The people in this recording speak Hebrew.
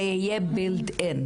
זה יהיה מוטמע.